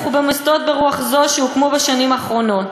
ובמוסדות ברוח זו שהוקמו בשנים האחרונות.